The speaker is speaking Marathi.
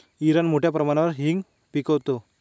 इराण मोठ्या प्रमाणावर हिंग पिकवतो